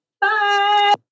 Bye